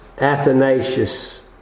Athanasius